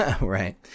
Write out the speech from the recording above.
Right